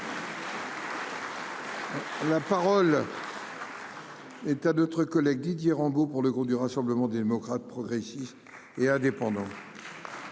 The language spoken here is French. La parole est à M. Didier Rambaud, pour le groupe Rassemblement des démocrates, progressistes et indépendants.